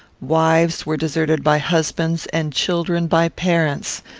wives were deserted by husbands, and children by parents.